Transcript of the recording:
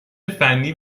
فنی